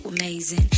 amazing